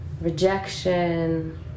rejection